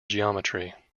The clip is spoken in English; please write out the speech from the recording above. geometry